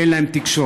אין להם תקשורת.